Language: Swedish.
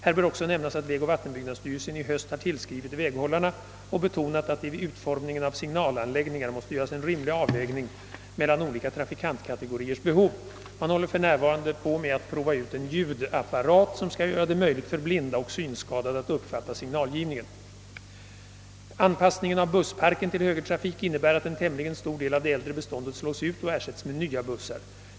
Här bör också nämnas att vägoch vattenbyggnadsstyrelsen i höst har tillskrivit väghållarna och betonat att det vid utformningen av signalanläggningar måste göras en rimlig avvägning mellan olika trafikantkategoriers behov. Man håller för närvarande på med att prova ut en ljud-apparat, som skall göra det möjligt för blinda och synskadade att uppfatta signalgivningen. Anpassningen av bussparken till högertrafik innebär att en tämligen stor del av det äldre beståndet slås ut och ersätts med nya bussar.